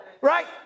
Right